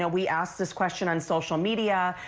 ah we asked this question on social media,